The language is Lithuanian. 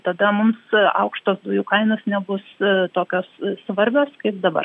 tada mums aukštos dujų kainos nebus tokios svarbios kaip dabar